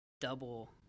double